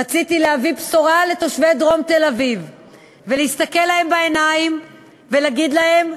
רציתי להביא בשורה לתושבי דרום תל-אביב ולהסתכל להם בעיניים ולהגיד להם: